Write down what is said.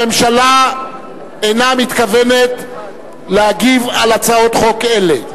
הממשלה אינה מתכוונת להגיב על הצעות חוק אלה,